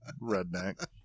redneck